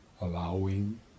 allowing